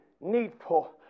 needful